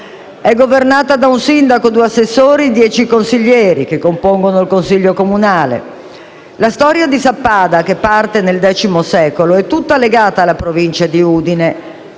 La storia di Sappada, che parte nel X secolo, è tutta legata alla provincia di Udine,